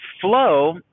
flow